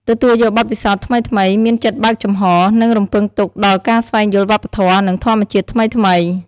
ទទួលយកបទពិសោធន៍ថ្មីៗ មានចិត្តបើកចំហ និងរំពឹងទុកដល់ការស្វែងយល់វប្បធម៌ និងធម្មជាតិថ្មីៗ។